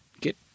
get